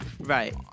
Right